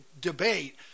debate